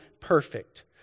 perfect